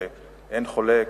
שאין חולק,